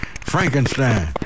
Frankenstein